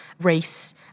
race